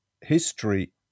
history